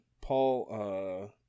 paul